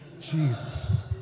Jesus